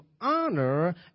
honor